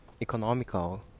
economical